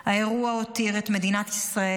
האירוע הותיר את מדינת ישראל,